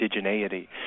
indigeneity